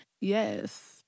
Yes